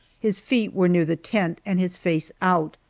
his feet were near the tent and his face out,